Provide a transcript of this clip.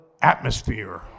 atmosphere